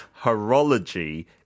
horology